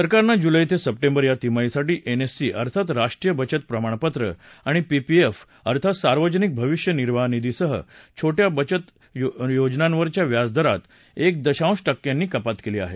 सरकारनं जूलै ते सप्टेंबर या तिमाहीसाठी एनएससी अर्थात राष्ट्रीय बचत प्रमाणपत्र आणि पीपीएफ अर्थात सार्वजनिक भाविष्य निर्वाहनिधीसह छोट्या बचत योजनांवरच्या व्याजदरात एक दशांश टक्क्यांनी कपात केली आहे